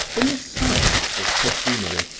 in the science of perfumery,